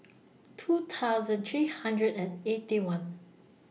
two thousand three hundred and Eighty One